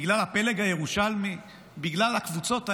בגלל הפלג הירושלמי, בגלל הקבוצות האלה,